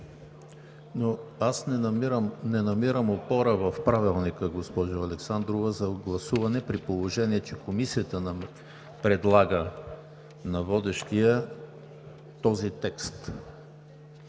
Аз не намирам опора в Правилника, госпожо Александрова, за гласуване, при положение че Комисията предлага на водещия този текст.